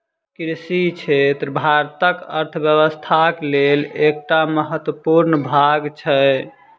कृषि क्षेत्र भारतक अर्थव्यवस्थाक लेल एकटा महत्वपूर्ण भाग छै